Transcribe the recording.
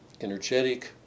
energetic